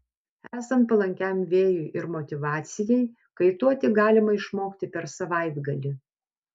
esant palankiam vėjui ir motyvacijai kaituoti galima išmokti per savaitgalį